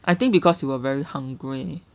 I think because you were very hungry